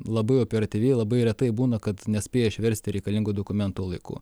labai operatyviai labai retai būna kad nespėja išversti reikalingo dokumento laiku